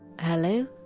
Hello